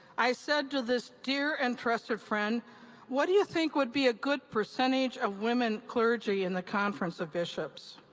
i said to this dear and trusted friend what do you think would be a good percentage of women clergy in the conference of bishops?